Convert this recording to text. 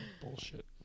bullshit